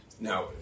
Now